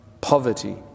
poverty